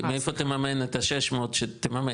מאיפה תממן את ה-600 שתממש,